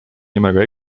nimega